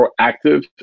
proactive